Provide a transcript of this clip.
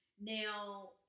Now